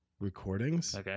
recordings